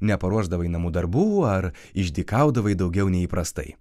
neparuošdavai namų darbų ar išdykaudavai daugiau nei įprastai